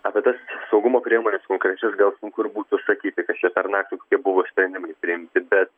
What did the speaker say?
apie tas saugumo priemones konkrečias gal sunku ir būtų sakyti kas čia per naktį kokie buvo sprendimai priimti bet